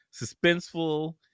suspenseful